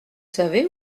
savez